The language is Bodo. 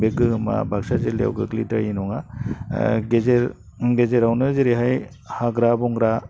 बे गोहोमा बाक्सा जिल्लायाव गोग्लैद्रायै नङा गेजेरावनो जेरैहाय हाग्रा बंग्रा